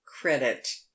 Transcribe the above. credit